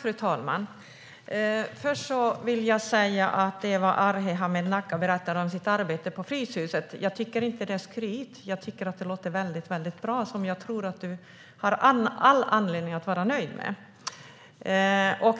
Fru talman! Först vill jag säga att det som Arhe Hamednaca berättar om sitt arbete på Fryshuset tycker jag inte är skryt. Jag tycker att det låter mycket bra, och jag tror att han har all anledning att vara nöjd med det.